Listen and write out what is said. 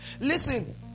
Listen